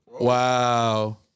Wow